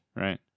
right